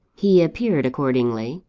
he appeared accordingly,